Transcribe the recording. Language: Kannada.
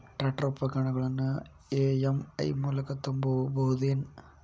ಟ್ರ್ಯಾಕ್ಟರ್ ಉಪಕರಣಗಳನ್ನು ಇ.ಎಂ.ಐ ಮೂಲಕ ತುಂಬಬಹುದ ಏನ್?